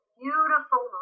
beautiful